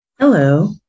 Hello